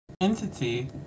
Entity